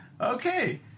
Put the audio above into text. Okay